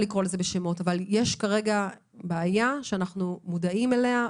יש כרגע בעיה שאנחנו מודעים אליה.